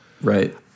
right